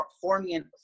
forming